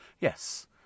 Yes